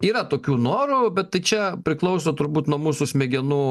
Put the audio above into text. yra tokių norų bet tai čia priklauso turbūt nuo mūsų smegenų